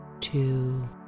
two